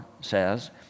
says